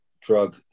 drug